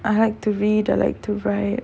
I like to read I like to write